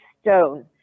stone